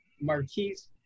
Marquise